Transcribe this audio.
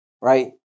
Right